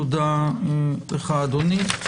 תודה לך אדוני.